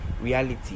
reality